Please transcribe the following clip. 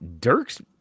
Dirk's